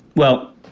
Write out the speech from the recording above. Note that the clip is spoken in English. well,